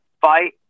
fight